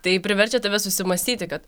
tai priverčia tave susimąstyti kad